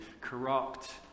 corrupt